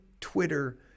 Twitter